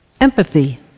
empathy